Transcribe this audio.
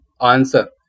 answer